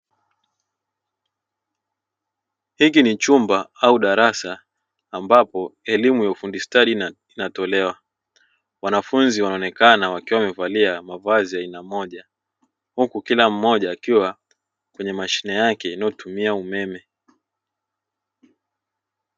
Hiki ni chumba au darasa ambapo elimu ya ufundi stadi inatolewa wanafunzi wanaonekana wakiwa wamevalia mavazi ya aina moja huku kila mmoja akiwa kwenye mashine yake inayotumia umeme.